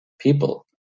people